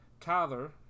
Tyler